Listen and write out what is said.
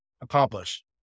accomplish